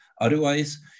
Otherwise